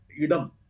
Idam